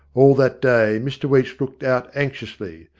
all that day mr weech looked out anxiously,